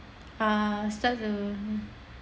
err tahu tahu